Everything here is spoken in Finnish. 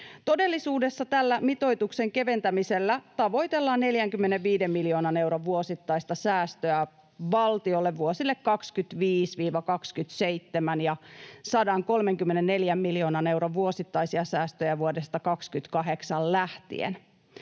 Todellisuudessa tällä mitoituksen keventämisellä tavoitellaan 45 miljoonan euron vuosittaista säästöä valtiolle vuosille 25—27 ja 134 miljoonan euron vuosittaisia säästöjä vuodesta 28 lähtien.